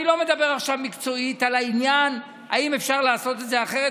אני לא מדבר עכשיו מקצועית על העניין אם אפשר לעשות את זה אחרת,